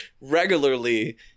regularly